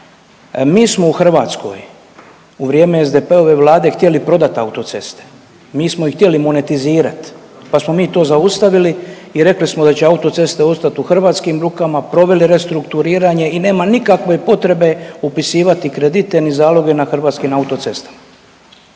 mi smo u Hrvatskoj u vrijeme SDP-ove vlade htjeli prodati autoceste, mi smo ih htjeli monetizirati, pa smo mi to zaustavili i rekli smo da će autoceste ostati u hrvatskim rukama, proveli restrukturiranje i nema nikakve potrebe upisivati kredite ni zaloge na hrvatskim autocestama.